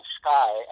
sky